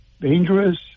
dangerous